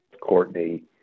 Courtney